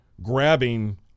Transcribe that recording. grabbing